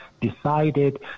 decided